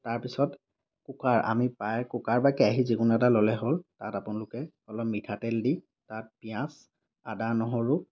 তাৰ পিছত কুকাৰ আমি প্ৰায় কুকাৰ বা কেৰাহী যিকোনো এটা ল'লেই হ'ল তাত আপোনালোকে অলপ মিঠাতেল দি তাত পিঁয়াজ আদা নহৰু